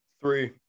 three